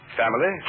family